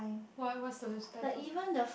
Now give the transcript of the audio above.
why what's the title